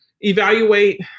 evaluate